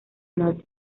not